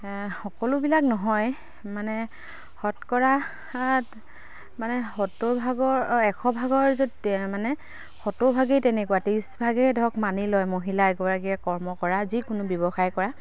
সকলোবিলাক নহয় মানে শতকৰা মানে সতৰভাগৰ এশভাগৰ য'ত মানে সতৰভাগেই তেনেকুৱা ত্ৰিছভাগেই ধৰক মানি লয় মহিলা এগৰাকীয়ে কৰ্ম কৰা যিকোনো ব্যৱসায় কৰা